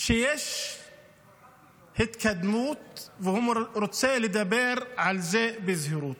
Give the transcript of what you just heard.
שיש התקדמות והוא רוצה לדבר על זה בזהירות.